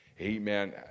amen